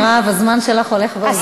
מירב, הזמן שלך הולך ואוזל.